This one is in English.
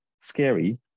scary